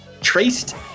traced